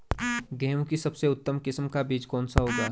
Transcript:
गेहूँ की सबसे उत्तम किस्म का बीज कौन सा होगा?